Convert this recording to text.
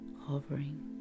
hovering